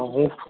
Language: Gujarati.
હું